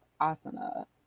asana